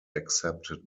accepted